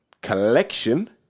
collection